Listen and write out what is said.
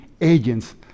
agents